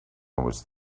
was